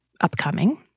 upcoming